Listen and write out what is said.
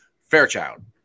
Fairchild